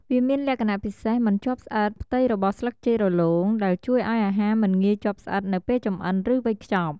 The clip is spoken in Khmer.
វាមានលក្ខណៈពិសេស មិនជាប់ស្អិត ផ្ទៃរបស់ស្លឹកចេករលោង ដែលជួយឱ្យអាហារមិនងាយជាប់ស្អិត នៅពេលចម្អិន ឬវេចខ្ចប់។